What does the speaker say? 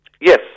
Yes